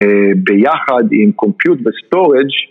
ביחד עם compute ו- storage